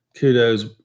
kudos